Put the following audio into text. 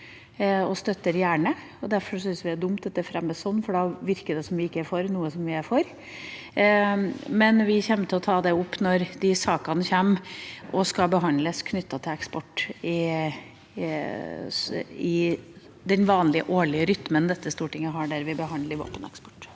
og støtter gjerne. Derfor syns vi det er dumt at de fremmes sånn, for da virker det som vi ikke er for noe vi er for. Men vi kommer til å ta det opp når de sakene knyttet til eksport kommer og skal behandles i den vanlige årlige rytmen dette stortinget har der vi behandler våpeneksport.